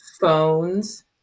phones